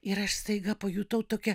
ir aš staiga pajutau tokią